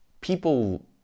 people